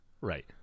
right